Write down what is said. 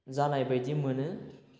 जानाय बायदि मोनो